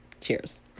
Cheers